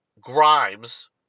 Grimes